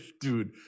dude